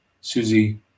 Susie